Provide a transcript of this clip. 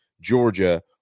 Georgia